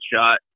shot